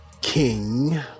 king